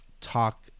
talk